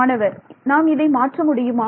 மாணவர் நாம் இதை மாற்ற முடியுமா